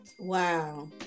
wow